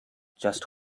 just